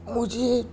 مجھے